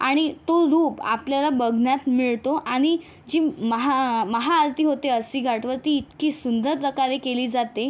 आणि तो रूप आपल्याला बघण्यास मिळतो आणि जी महा महाआरती होते अस्सी घाटावरती ती इतकी सुंदर प्रकारे केली जाते